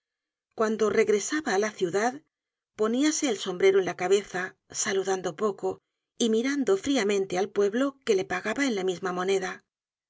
cuando regresaba á la ciudad poníase el sombrero en la cabeza saludando poco y mirando fríamente al pueblo que le pagaba en la misma moneda